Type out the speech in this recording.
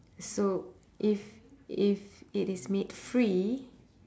so if if it is made free